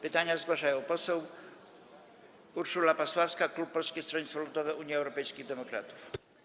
Pytanie zgłasza poseł Urszula Pasławska, klub Polskiego Stronnictwa Ludowego - Unii Europejskich Demokratów.